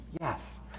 Yes